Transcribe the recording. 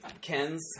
Ken's